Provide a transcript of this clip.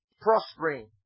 prospering